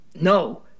no